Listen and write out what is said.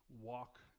walk